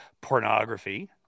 pornography